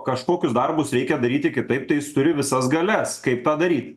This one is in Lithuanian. kažkokius darbus reikia daryti kitaip tai jis turi visas galias kaip tą daryt